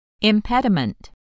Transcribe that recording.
Impediment